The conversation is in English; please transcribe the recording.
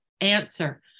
answer